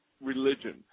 religion